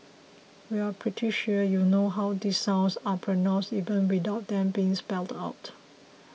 we are pretty sure you know how these sounds are pronounced even without them being spelled out